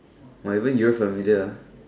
!wah! even you very familiar ah media ah